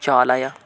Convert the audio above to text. चालय